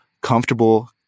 comfortable